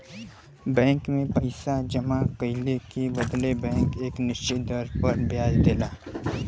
bank में पइसा जमा कइले के बदले बैंक एक निश्चित दर पर ब्याज देला